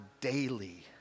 daily